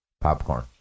popcorn